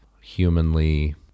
humanly